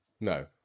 no